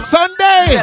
Sunday